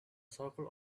circle